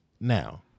Now